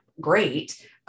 great